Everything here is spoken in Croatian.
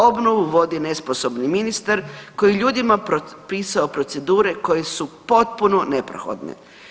Obnovu vodi nesposobni ministar koji je ljudima propisao procedure koje su potpuno neprohodne.